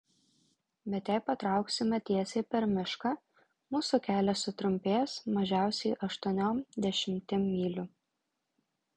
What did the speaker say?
bet jei patrauksime tiesiai per mišką mūsų kelias sutrumpės mažiausiai aštuoniom dešimtim mylių